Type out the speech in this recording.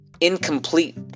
incomplete